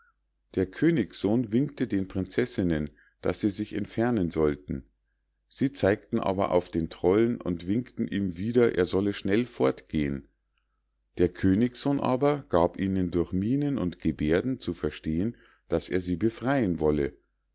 der königssohn winkte den prinzessinnen daß sie sich entfernen sollten sie zeigten aber auf den trollen und winkten ihm wieder er solle schnell fortgehen der königssohn aber gab ihnen durch mienen und geberden zu verstehen daß er sie befreien wolle